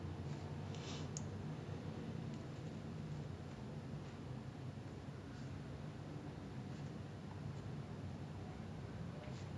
ya but the thing is like I mean like completely justified lah ஒன்னோடது:onnodathu because நீ:nee born two thousand four தான:thana like அந்த:antha time leh இருந்த:iruntha movies வந்து:vanthu like நீ சொன்ன:nee sonna movies தா ஆனா:thaa aanaa